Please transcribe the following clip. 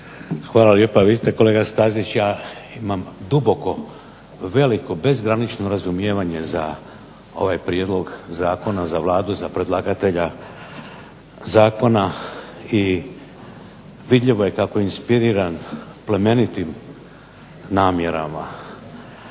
Hvala lijepa. Vidite kolega Stazić ja imam veliko, duboko, bezgranično razumijevanje za ovaj prijedlog zakona za Vladu za predlagatelja zakona i vidljivo je kako je inspiriran plemenitim namjerama.